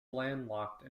landlocked